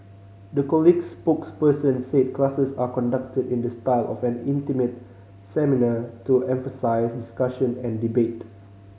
the college's spokesperson said classes are conducted in the style of an intimate seminar to emphasise discussion and debate